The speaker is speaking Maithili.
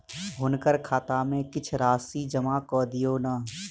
हुनकर खाता में किछ धनराशि जमा कय दियौन